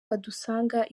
badusanga